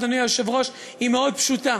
אדוני היושב-ראש: היא מאוד פשוטה.